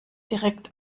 direkt